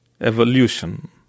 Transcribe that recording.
evolution